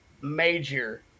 major